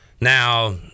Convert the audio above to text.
now